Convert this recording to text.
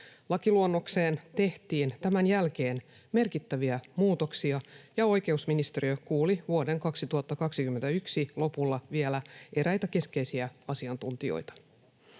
Lakiluonnokseen tehtiin tämän jälkeen merkittäviä muutoksia, ja oikeusministeriö kuuli vuoden 2021 lopulla vielä eräitä keskeisiä asiantuntijoita.